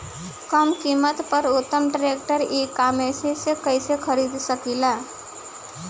कम कीमत पर उत्तम ट्रैक्टर ई कॉमर्स से कइसे खरीद सकिले?